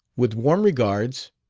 with warm regards,